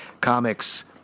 comics